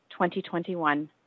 2021